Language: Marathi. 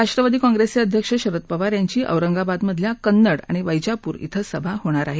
राष्ट्रवादी काँग्रेसचे अध्यक्ष शरद पवार यांची औरंगाबाद मधल्या कन्नड आणि वैजापूर इथं सभा होणार आहे